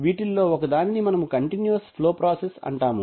వీటిల్లో ఒకదానిని మనము కంటిన్యూస్ ఫ్లో ప్రాసెస్ అంటాము